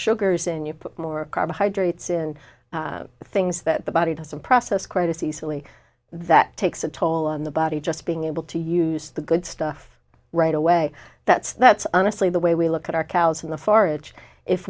sugars and you put more carbohydrates in things that the body doesn't process quite as easily that takes a toll on the body just being able to use the good stuff right away that's that's honestly the way we look at our cows in the forage if